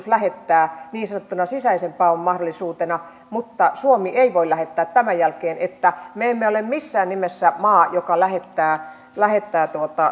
lähettää niin sanottuna sisäisen paon mahdollisuutena mutta suomi ei voi lähettää tämän jälkeen me emme ole missään nimessä maa joka lähettää lähettää